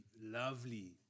lovely